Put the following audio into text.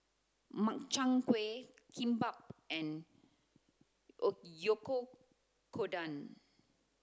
Makchang gui Kimbap and